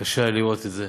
קשה היה לראות את זה.